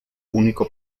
único